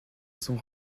son